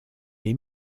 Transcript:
les